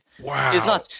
Wow